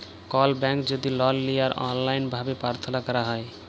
call ব্যাংকে যদি লল লিয়ার অললাইল ভাবে পার্থলা ক্যরা হ্যয়